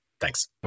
Thanks